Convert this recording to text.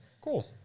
Cool